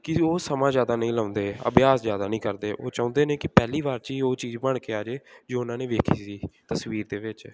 ਕਿ ਉਹ ਸਮਾਂ ਜ਼ਿਆਦਾ ਨਹੀਂ ਲਾਉਂਦੇ ਅਭਿਆਸ ਜ਼ਿਆਦਾ ਨਹੀਂ ਕਰਦੇ ਉਹ ਚਾਹੁੰਦੇ ਨੇ ਕਿ ਪਹਿਲੀ ਵਾਰ 'ਚ ਹੀ ਉਹ ਚੀਜ਼ ਬਣ ਕੇ ਆ ਜੇ ਜੋ ਉਹਨਾਂ ਨੇ ਵੇਖੀ ਸੀ ਤਸਵੀਰ ਦੇ ਵਿੱਚ